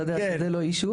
אתה יודע שזה לא אישיו.